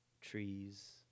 trees